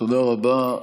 תודה רבה.